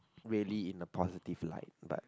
really in the positive like but